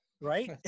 Right